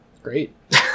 Great